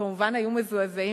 הם כמובן היו מזועזעים,